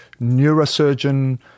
neurosurgeon